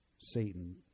Satan